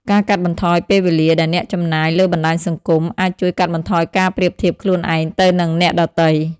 ការកាត់បន្ថយពេលវេលាដែលអ្នកចំណាយលើបណ្តាញសង្គមអាចជួយកាត់បន្ថយការប្រៀបធៀបខ្លួនឯងទៅនឹងអ្នកដទៃ។